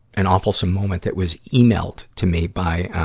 an awfulsome moment that was emailed to me by, ah,